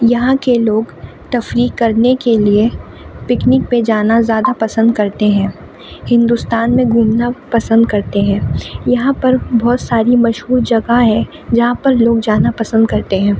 یہاں کے لوگ تفریح کرنے کے لیے پکنک پہ جانا زیادہ پسند کرتے ہیں ہندوستان میں گھومنا پسند کرتے ہیں یہاں پر بہت ساری مشہور جگہ ہیں جہاں پر لوگ جانا پسند کرتے ہیں